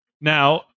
Now